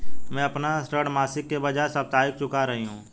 मैं अपना ऋण मासिक के बजाय साप्ताहिक चुका रही हूँ